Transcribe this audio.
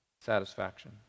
satisfaction